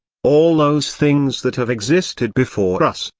all those things that have existed before us,